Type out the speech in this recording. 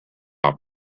him